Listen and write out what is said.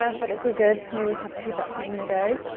um but it's all good. i always have two batteries on the go.